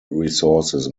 resources